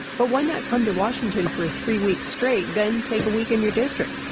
but why not come to washington for three weeks straight, then take a week in your district?